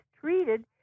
treated